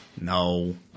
No